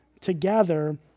together